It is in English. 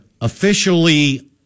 officially